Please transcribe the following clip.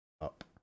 up